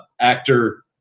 actor